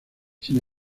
sin